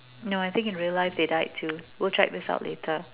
no I think in real life they died too go try this out later